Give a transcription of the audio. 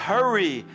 Hurry